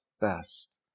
best